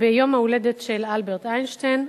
ביום ההולדת של אלברט איינשטיין.